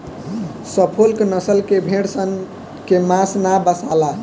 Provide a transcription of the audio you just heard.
Suffolk नसल के भेड़ सन के मांस ना बासाला